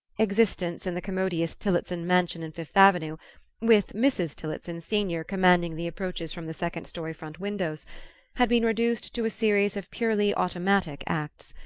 existence in the commodious tillotson mansion in fifth avenue with mrs. tillotson senior commanding the approaches from the second-story front windows had been reduced to a series of purely automatic acts.